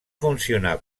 funcionar